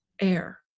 air